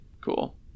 cool